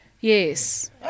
Yes